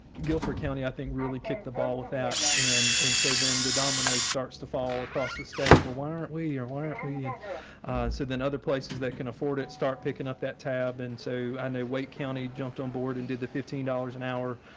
guilford county, i think really kicked the ball with that. and and so then the dominoes starts to fall across the state. well, why aren't we or why aren't we and so then other places that can afford it start picking up that tab. and so i know wait county jumped on board and did the fifteen dollars an hour.